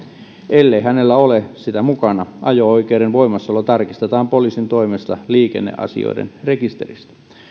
ellei hänellä ole sitä mukana ajo oikeuden voimassaolo tarkistetaan poliisin toimesta liikenneasioiden rekisteristä